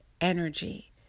energy